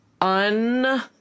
Un